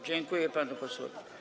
Dziękuję panu posłowi.